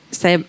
se